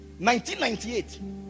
1998